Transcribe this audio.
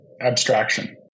abstraction